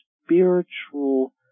spiritual